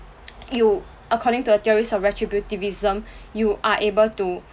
you according to a theory of retributivism you are able to